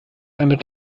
einen